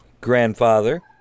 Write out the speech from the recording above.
Grandfather